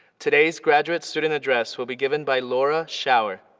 today's graduate student address will be given by laura schauer,